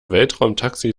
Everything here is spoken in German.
weltraumtaxi